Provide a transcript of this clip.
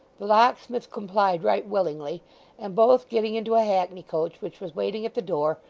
the locksmith complied right willingly and both getting into a hackney coach which was waiting at the door,